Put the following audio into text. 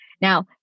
Now